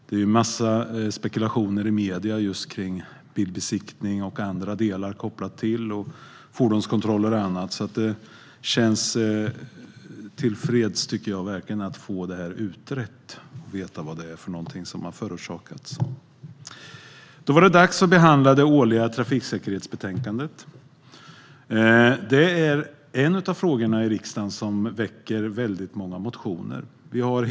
Det är en massa spekulationer i medierna kring besiktning, fordonskontroller och annat, så det känns tillfredsställande att få det här utrett så att vi får veta vad det är som har förorsakat olyckan. Det är dags att behandla det årliga trafiksäkerhetsbetänkandet. Det är en av frågorna i riksdagen som leder till många väckta motioner.